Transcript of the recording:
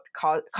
cause